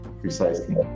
precisely